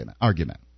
argument